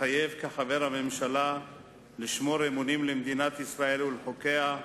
מתחייב כחבר הממשלה לשמור אמונים למדינת ישראל ולחוקיה,